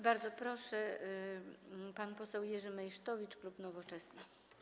Bardzo proszę, pan poseł Jerzy Meysztowicz, klub Nowoczesna.